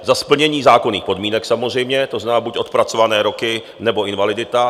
Za splnění zákonných podmínek, samozřejmě, to znamená buď odpracované roky, nebo invalidita.